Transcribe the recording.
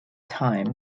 time